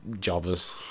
jobbers